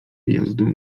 wyjazdu